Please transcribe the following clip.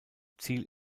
ziel